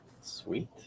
Sweet